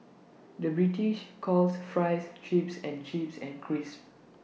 the British calls Fries Chips and chips and crisps